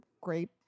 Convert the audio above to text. great